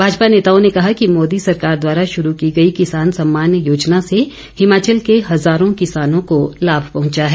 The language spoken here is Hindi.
भाजपा नेताओं ने कहा कि मोदी सरकार द्वारा शुरू की गई किसान सम्मान योजना से हिमाचल के हजारों किसानों को लाभ पहुंचा है